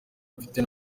mfite